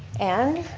and,